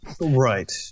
Right